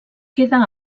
queda